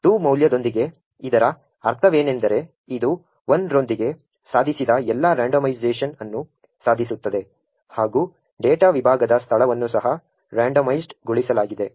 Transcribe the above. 2 ಮೌಲ್ಯದೊಂದಿಗೆ ಇದರ ಅರ್ಥವೇನೆಂದರೆ ಇದು 1 ರೊಂದಿಗೆ ಸಾಧಿಸಿದ ಎಲ್ಲಾ ರಂಡೋಮೈಸೇಶನ್ ಅನ್ನು ಸಾಧಿಸುತ್ತದೆ ಹಾಗೂ ಡೇಟಾ ವಿಭಾಗದ ಸ್ಥಳವನ್ನು ಸಹ ರಂಡೋಮೈಸ್ಡ್ ಗೊಳಿಸಲಾಗಿದೆ